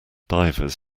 divers